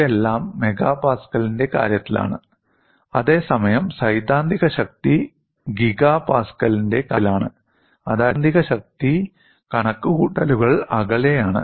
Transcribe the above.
ഇതെല്ലാം മെഗാപാസ്കലിന്റെ കാര്യത്തിലാണ് അതേസമയം സൈദ്ധാന്തിക ശക്തി ഗിഗാപാസ്കലിന്റെ കാര്യത്തിലാണ് അതായത് സൈദ്ധാന്തിക ശക്തി കണക്കുകൂട്ടലുകൾ അകലെയാണ്